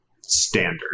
standard